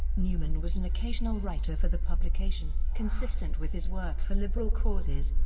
newman was an occasional writer for the publication. consistent with his work for liberal causes,